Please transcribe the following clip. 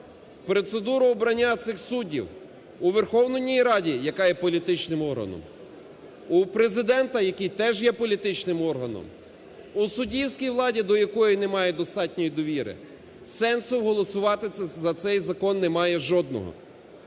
процедуру обрання цих суддів у Верховній Раді, яка є політичним органом, у Президента, який теж є політичним органом, у суддівській владі, до якої немає достатньо довіри, сенсу голосувати за цей закон немає жодного.